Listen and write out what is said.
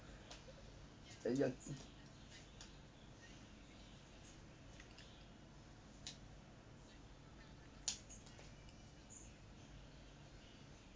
that you're